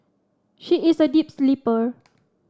she is a deep sleeper